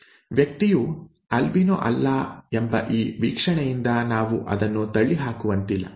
ವ್ಯಕ್ತಿಯು ಆಲ್ಬಿನೋ ಅಲ್ಲ ಎಂಬ ಈ ವೀಕ್ಷಣೆಯಿಂದ ನಾವು ಅದನ್ನು ತಳ್ಳಿಹಾಕುವಂತಿಲ್ಲ